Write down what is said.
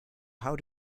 how